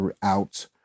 throughout